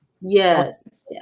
yes